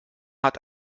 hat